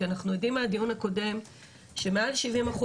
כי אנחנו יודעים מהדיון הקודם שמעל 70%